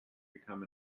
become